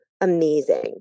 amazing